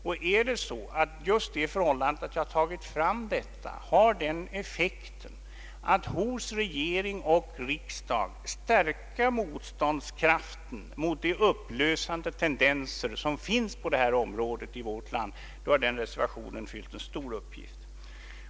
Om det jag här anfört har den effekten att hos regeringen och riksdagen stärka motståndskraften mot de upplösande tendenser som finns på detta område i vårt land, har den reservation det här gäller fyllt en stor uppgift.